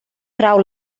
trau